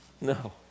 No